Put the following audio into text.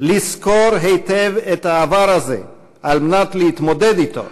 לזכור היטב את העבר הזה על מנת להתמודד אתו,